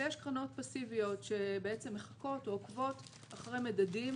ויש קרנות פאסיביות שעוקבות אחרי מדדים